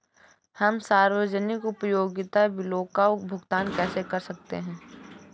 हम सार्वजनिक उपयोगिता बिलों का भुगतान कैसे कर सकते हैं?